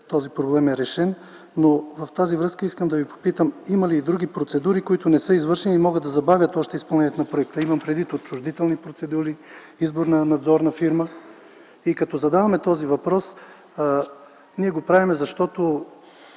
този проблем вече е решен. В тази връзка искам да Ви попитам има ли други процедури, които не са извършени и могат да забавят още изпълнението на проекта. Имам предвид отчуждителни процедури, избор на надзорна фирма. Като задаваме този въпрос, ние го правим, защото